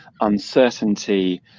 uncertainty